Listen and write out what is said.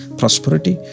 prosperity